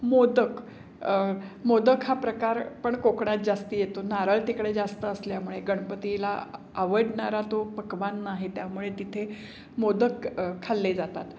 मोदक मोदक हा प्रकार पण कोकणात जास्त येतो नारळ तिकडे जास्त असल्यामुळे गणपतीला आवडणारा तो पकवान आहे त्यामुळे तिथे मोदक खाल्ले जातात